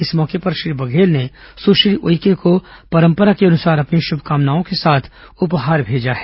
इस मौके पर श्री बघेल ने सुश्री उइके को परंपरा के अनुसार अपनी शुभकामनाओं के साथ उपहार भेजा है